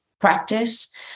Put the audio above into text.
practice